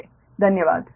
तो ठीक है धन्यवाद